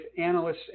analysts